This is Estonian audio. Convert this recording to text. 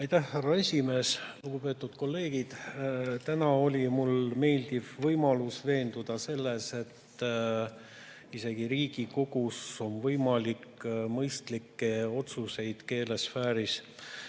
Aitäh, härra esimees! Lugupeetud kolleegid! Täna oli mul meeldiv võimalus veenduda selles, et isegi Riigikogus on võimalik mõistlikke otsuseid keelesfääris